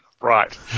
right